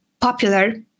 popular